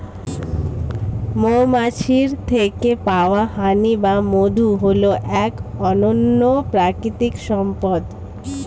মৌমাছির থেকে পাওয়া হানি বা মধু হল এক অনন্য প্রাকৃতিক সম্পদ